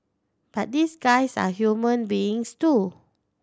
but these guys are human beings too